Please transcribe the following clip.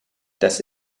das